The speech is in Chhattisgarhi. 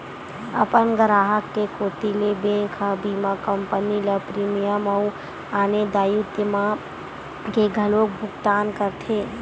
अपन गराहक के कोती ले बेंक ह बीमा कंपनी ल प्रीमियम अउ आने दायित्व मन के घलोक भुकतान करथे